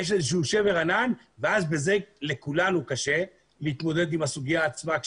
יש איזשהו שבר ענן ואז לכולנו קשה להתמודד עם הסוגיה עצמה.